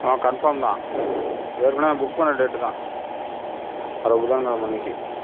ஆமாம் கன்ஃபார்ம் தான் ஏற்கனவே புக் பண்ண டேட் தான் வர புதன் கிழம அன்னிக்கி